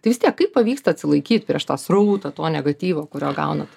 tai vis tiek kaip pavyksta atsilaikyt prieš tą srautą to negatyvo kurio gaunat